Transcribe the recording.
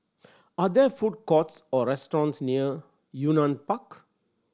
are there food courts or restaurants near Yunnan Park